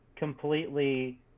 completely